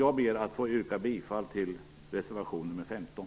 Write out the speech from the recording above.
Jag ber att få yrka bifall till reservation nr 15.